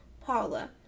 Paula